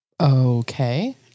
Okay